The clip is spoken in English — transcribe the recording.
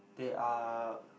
there are